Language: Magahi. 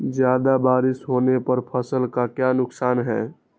ज्यादा बारिस होने पर फसल का क्या नुकसान है?